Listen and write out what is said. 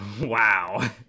Wow